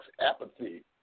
apathy